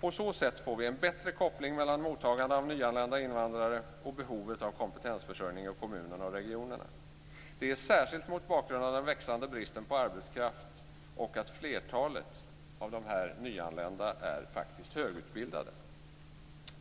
På så sätt får vi en bättre koppling mellan mottagandet av nyanlända invandrare och behovet av kompetensförsörjning i kommunerna och regionerna. Det gäller särskilt mot bakgrund av den växande bristen på arbetskraft och det förhållandet att flertalet av de nyanlända faktiskt är högutbildade.